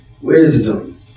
wisdom